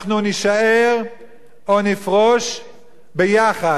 שאנחנו נישאר או נפרוש ביחד.